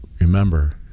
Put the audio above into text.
remember